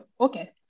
okay